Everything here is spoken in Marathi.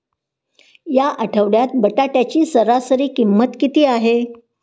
या आठवड्यात बटाट्याची सरासरी किंमत किती आहे?